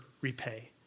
repay